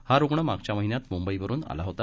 हा रुण मागच्या महिन्यात मुंबई वरून आला होता